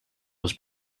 was